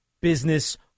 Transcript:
business